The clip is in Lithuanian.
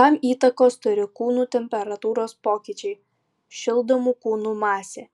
tam įtakos turi kūnų temperatūros pokyčiai šildomų kūnų masė